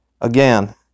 Again